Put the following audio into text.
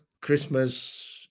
Christmas